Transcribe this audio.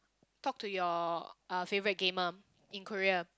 talk to your uh favourite gamer in Korea